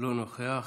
אינו נוכח.